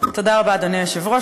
תודה רבה, אדוני היושב-ראש.